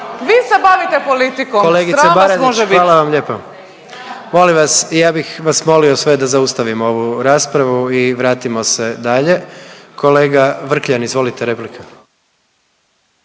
vas može bit. **Jandroković, Gordan (HDZ)** Molim vas, ja bih vas molio sve da zaustavimo ovu raspravu i vratimo se dalje. Kolega Vrkljan izvolite replika.